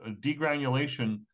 degranulation